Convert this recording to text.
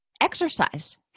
exercise